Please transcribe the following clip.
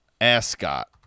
Ascot